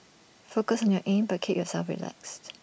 focus on your aim but keep yourself relaxed